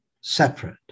separate